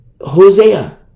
Hosea